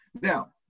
Now